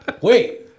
wait